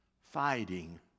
fighting